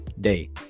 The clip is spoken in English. day